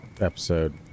episode